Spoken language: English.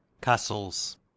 Castles